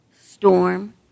storm